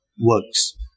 works